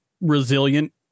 resilient